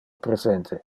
presente